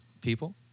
people